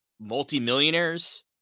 multi-millionaires